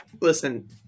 Listen